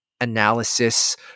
analysis